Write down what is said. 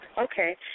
Okay